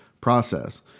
process